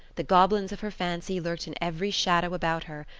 the goblins of her fancy lurked in every shadow about her,